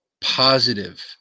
positive